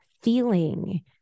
feeling